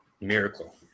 Miracle